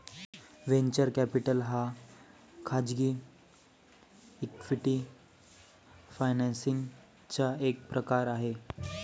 venture capital हा खाजगी equity financing चा एक प्रकार आहे